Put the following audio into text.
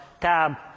tab